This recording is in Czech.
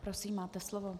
Prosím, máte slovo.